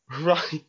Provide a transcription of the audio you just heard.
Right